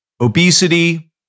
obesity